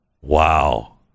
Wow